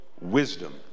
wisdom